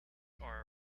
are